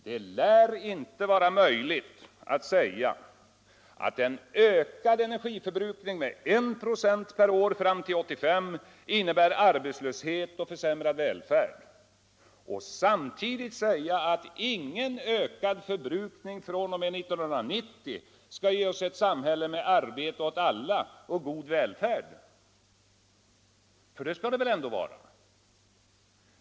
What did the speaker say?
Det lär emellertid inte vara möjligt att påstå att en ökad energiförbrukning med 1 96 per år fram till år 1985 innebär arbetslöshet och försämrad välfärd och samtidigt hävda att ingen ökad förbrukning fr.o.m. år 1990 skall ge oss ett samhälle med arbete åt alla och god välfärd. - För det skall det väl ändå vara?